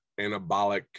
anabolic